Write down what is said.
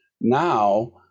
now